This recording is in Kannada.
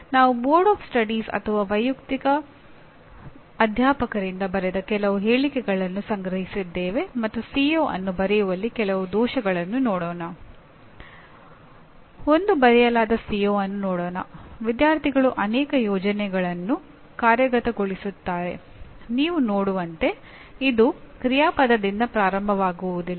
ನೀವು ಬೋಧನಾ ಮಾದರಿಗಳ ಗುಂಪನ್ನು ಹೊಂದಿದ್ದೀರಿ ಮತ್ತು ಈ ಬೋಧನಾ ಮಾದರಿಯ ವಿಭಿನ್ನ ಆಯ್ಕೆಗಳು ಶಾಲಾ ಮಟ್ಟದಲ್ಲಿ ಹೆಚ್ಚು ಮುಖ್ಯವಾಗುತ್ತವೆ